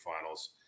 Finals